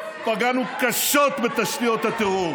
פגענו קשות בתשתיות הטרור,